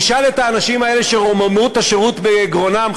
נשאל את האנשים האלה שרוממות השירות בגרונם,